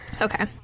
Okay